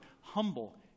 humble